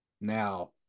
Now